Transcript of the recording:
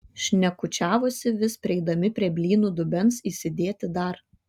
šnekučiavosi vis prieidami prie blynų dubens įsidėti dar